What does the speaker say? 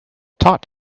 taught